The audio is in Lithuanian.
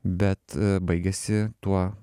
bet baigiasi tuo